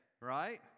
right